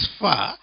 far